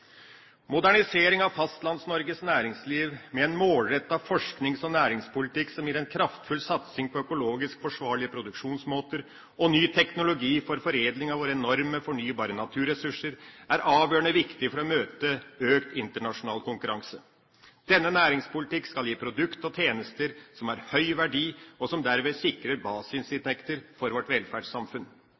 Modernisering av Fastlands-Norges næringsliv, med en målrettet forsknings- og næringspolitikk som gir en kraftfull satsing på økologisk forsvarlige produksjonsmåter og ny teknologi for foredling av våre enorme fornybare naturressurser, er avgjørende viktig for å møte økt internasjonal konkurranse. Denne næringspolitikken skal gi produkter og tjenester som har høy verdi, og som derved sikrer basisinntekter for vårt velferdssamfunn.